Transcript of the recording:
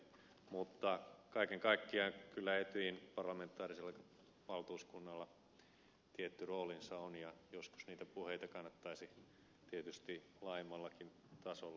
mutta kaiken kaikkiaan kyllä etyjin parlamentaarisellakin valtuuskunnalla tietty roolinsa on ja joskus niitä puheita kannattaisi tietysti laajemmallakin tasolla seurata